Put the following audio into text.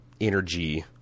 energy